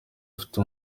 afite